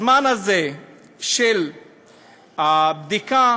הזמן הזה של הבדיקה